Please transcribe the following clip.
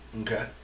Okay